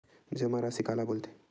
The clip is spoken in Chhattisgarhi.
जमा राशि काला बोलथे?